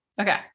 Okay